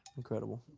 incredible.